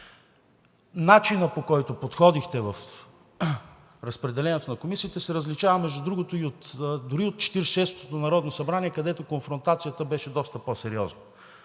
Начинът, по който подходихте в разпределението на комисиите, се различава, между другото, дори от 46-ото народно събрание, където конфронтацията беше доста по-сериозна.